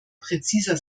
präziser